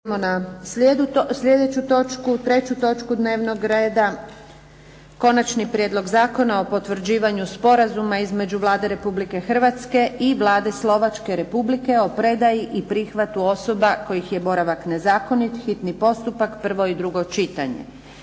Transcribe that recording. na sljedeću točku, 3. točku dnevnog reda - Konačni prijedlog zakona o potvrđivanju Sporazuma između Vlade Republike Hrvatske i Vlade Slovačke Republike o predaju i prihvatu osoba kojih je boravak nezakonit, hitni postupak, prvo i drugo čitanje,